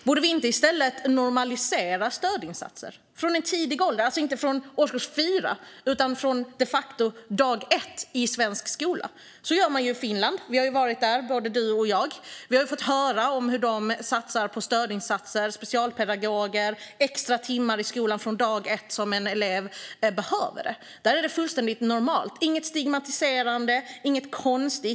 Borde vi inte i stället normalisera stödinsatser från en tidig ålder, alltså inte från årskurs 4 utan de facto från dag ett i svensk skola? Så gör man i Finland. Vi har varit där, både du och jag. Vi har fått höra om hur de satsar på stödinsatser, specialpedagoger och extra timmar i skolan från den första dagen en elev behöver det. Där är det fullständigt normalt. Det är inget stigmatiserande och inget konstigt.